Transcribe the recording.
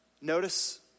Notice